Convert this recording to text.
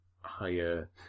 higher